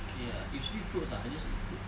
okay ah usually fruits lah I just eat fruits